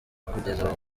kugeza